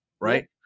right